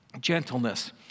Gentleness